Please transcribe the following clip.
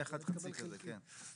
היה אחד כזה, כן.